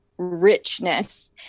richness